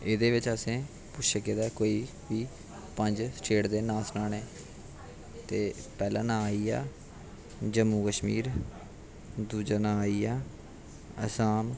एह्दे बिच्च असें गी पुच्छेआ गेदा कि कोई बी पंज स्टेट दे नांऽ सनाने ते पैह्ला नांऽ आई गेआ जम्मू कश्मीर दूजा नांऽ आई गेआ आसाम